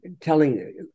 telling